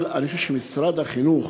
אבל אני חושב שמשרד החינוך,